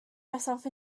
myself